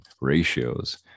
ratios